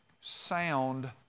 sound